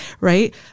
right